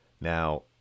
Now